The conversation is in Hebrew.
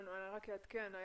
רק לעדכן.